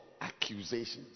accusations